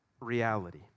reality